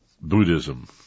Buddhism